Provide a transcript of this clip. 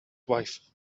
wife